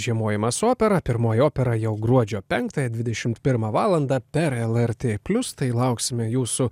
žiemojimas su opera pirmoji opera jau gruodžio penktąją dvidešimt pirmą valandą per lrt plius tai lauksime jūsų